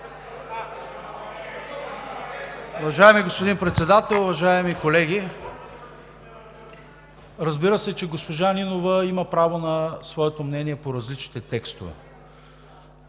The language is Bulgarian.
Уважаеми господин Председател, уважаеми колеги! Разбира се, че госпожа Нинова има право на своето мнение по различните текстове,